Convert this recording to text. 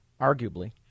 arguably